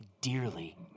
dearly